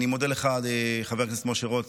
אני מודה לך, חבר הכנסת משה רוט.